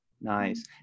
Nice